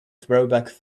throwback